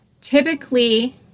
Typically